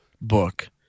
book